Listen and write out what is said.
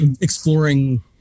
exploring